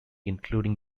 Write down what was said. including